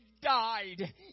died